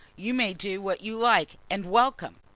you may do what you like, and welcome!